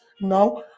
now